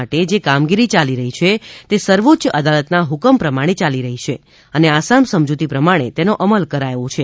માટે જે કામગીરી યાલી રહી છે તે સર્વોચ્ય અદાલત ના હકમ પ્રમાણે ચાલી રહી છે અને આસામ સમજૂતી પ્રમાણે તેનો અમલ કરાયો છે